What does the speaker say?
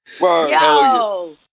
Yo